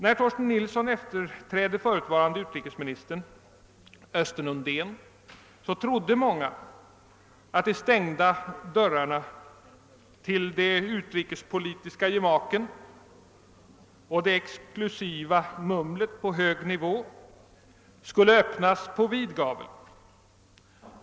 När Torsten Nilsson efterträdde förutvarande utrikesministern Östen Undén trodde många att de stängda dörrarna till de utrikespolitiska gemaken och det exklusiva mumlet på hög nivå skulle öppnas på vid gavel.